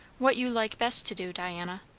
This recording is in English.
what you like best to do, diana.